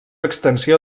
extensió